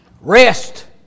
Rest